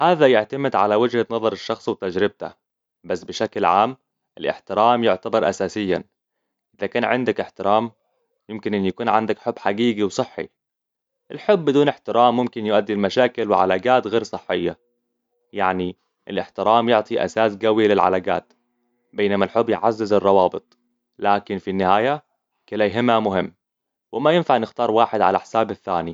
هذا يعتمد على وجهة نظر الشخص وتجربته بس بشكل عام الإحترام يعتبر أساسياً إذا كان عندك إحترام يمكن أن يكون عندك حب حقيقي وصحي. الحب بدون احترام ممكن يؤدي لمشاكل وعلاقات غير صحية يعني الإحترام يعطي أساس قوي للعلاقات بينما الحب يعزز الروابط لكن في النهاية كلايهما مهم وما ينفع نختار واحد على حساب الثاني